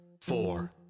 four